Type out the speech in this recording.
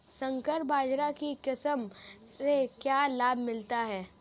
संकर बाजरा की किस्म से क्या लाभ मिलता है?